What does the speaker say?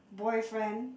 boyfriend